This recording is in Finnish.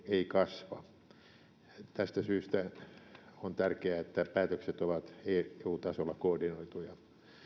ei kasva tästä syytä on tärkeää että päätökset ovat eu tasolla koordinoituja